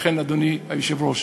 אדוני היושב-ראש,